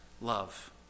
love